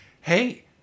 hey